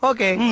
Okay